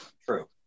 true